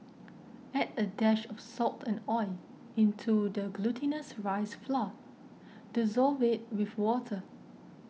add a dash of salt and oil into the glutinous rice flour dissolve it with water